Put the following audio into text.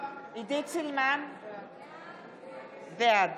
בעד